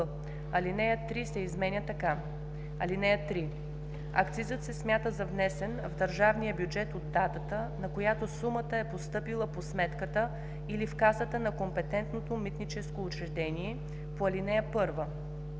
алинея 3 се изменя така: „(3) Акцизът се смята за внесен в държавния бюджет от датата, на която сумата е постъпила по сметката или в касата на компетентното митническо учреждение по ал. 1.